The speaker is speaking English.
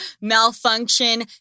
malfunction